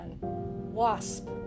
Wasp